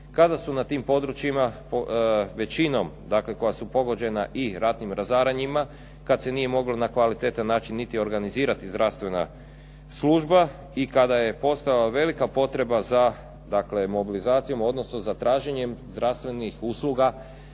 kada su na tim područjima većinom, dakle koja su pogođena i ratnim razaranjima, kad se nije moglo na kvalitetan način niti organizirati zdravstvena služba i kada je postojala velika potreba za mobilizacijom, odnosno za traženjem zdravstvenih usluga